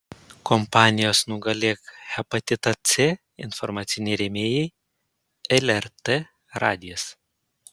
kampanijos nugalėk hepatitą c informaciniai rėmėjai lrt radijas